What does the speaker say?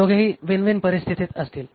दोघेही win win परिस्थितीत असतील